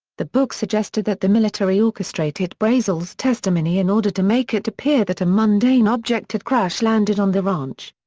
the book suggested that the military orchestrated brazel's testimony in order to make it appear that a mundane object had crash landed on the ranch.